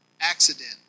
accident